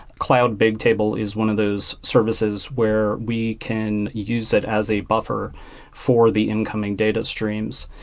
cloud bigtable is one of those services where we can use it as a buffer for the incoming data streams.